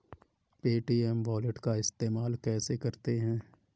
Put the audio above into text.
Paytm wallet का इस्तेमाल कैसे करते हैं?